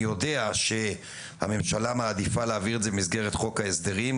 אני יודע שהממשלה מעדיפה להעביר את זה במסגרת חוק ההסדרים.